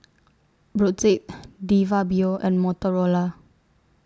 Brotzeit De Fabio and Motorola